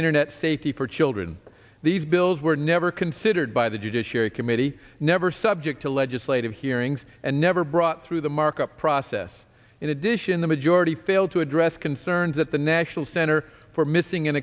internet safety for children these bills were never considered by the judiciary committee never subject to legislative hearings and never brought through the markup process in addition the majority failed to address concerns that the national center for missing